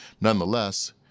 Nonetheless